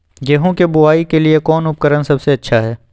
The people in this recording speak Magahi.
गेहूं के बुआई के लिए कौन उपकरण सबसे अच्छा है?